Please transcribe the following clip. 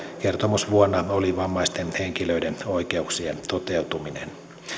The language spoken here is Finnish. kertomusvuonna oli vammaisten henkilöiden oikeuksien toteutuminen